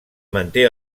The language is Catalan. manté